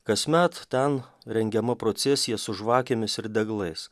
kasmet ten rengiama procesija su žvakėmis ir deglais